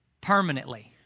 permanently